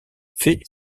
fais